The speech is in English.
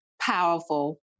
powerful